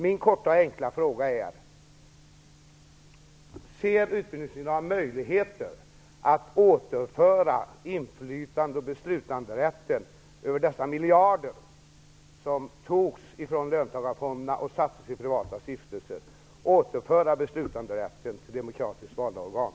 Min korta och enkla fråga är: Ser utbildningsministern i dag möjligheter att återföra inflytandet och beslutanderätten över dessa miljarder, som togs från löntagarfonderna och sattes i privata stiftelser, till demokratiskt valda organ?